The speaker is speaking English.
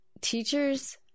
teachers